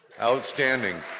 Outstanding